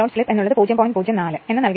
04 എന്ന് നൽകിയിരിക്കുന്നു